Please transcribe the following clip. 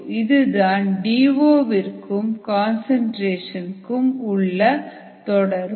இதுதான் D O விற்கும் கன்சன்ட்ரேஷன்க்கும் உள்ள தொடர்பு